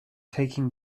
taking